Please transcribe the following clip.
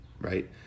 Right